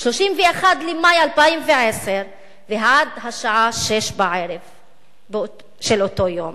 31 במאי 2010, ועד השעה 18:00 של אותו יום.